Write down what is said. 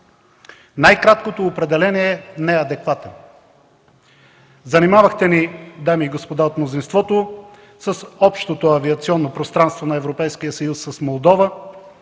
Най-краткото определение – неадекватно. Занимавахте ни, дами и господа от мнозинството, с общото авиационно пространство на Европейския съюз с Молдова,